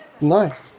Nice